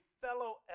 fellow